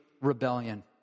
rebellion